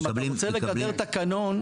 אם אתה רוצה לקדם תקנון,